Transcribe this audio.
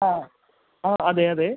ആ ആ അതെ അതെ